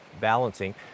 balancing